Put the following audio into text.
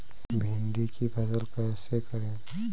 भिंडी की फसल कैसे करें?